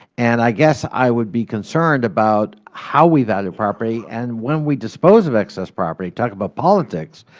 and i guess i would be concerned about how we value property and when we dispose of excess property. talk about politics.